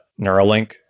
Neuralink